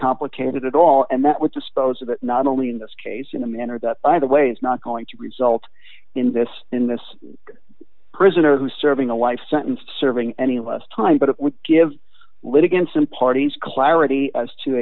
complicated at all and that would dispose of it not only in this case in a manner that by the way is not going to result in this in this prisoner who serving a life sentence serving any less time but it would give litigants in partings clarity as to